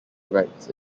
rights